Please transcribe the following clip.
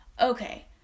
Okay